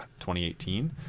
2018